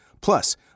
Plus